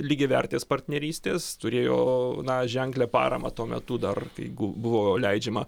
lygiavertės partnerystės turėjo na ženklią paramą tuo metu dar jeigu buvo leidžiama